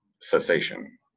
cessation